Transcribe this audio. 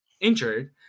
injured